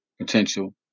potential